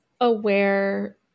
aware